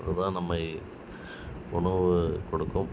இதுதான் நம்மை உணவு கொடுக்கும்